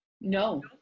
No